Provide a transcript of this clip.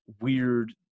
weird